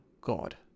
God